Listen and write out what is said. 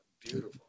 Beautiful